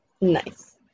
Nice